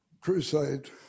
crusade